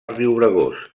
riubregós